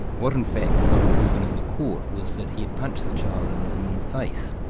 what in fact got proven in the court was that he had punched the child and in the face.